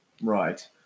Right